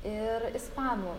ir ispanų